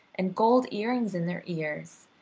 and gold earrings in their ears,